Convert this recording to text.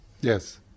Yes